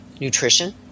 nutrition